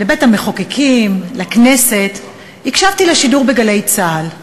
לבית-המחוקקים, לכנסת, הקשבתי לשידור ב"גלי צה"ל",